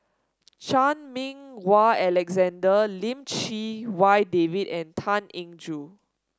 Chan Meng Wah Alexander Lim Chee Wai David and Tan Eng Joo